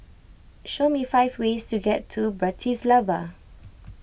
show me five ways to get to Bratislava